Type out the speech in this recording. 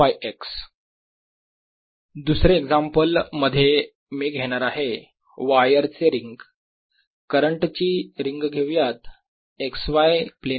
Bx 02πxIz दुसरे example मध्ये मी घेणार आहे वायर चे रिंग करंट ची रिंग घेऊयात x y प्लेन मध्ये